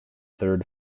third